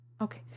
Okay